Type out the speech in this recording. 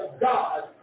God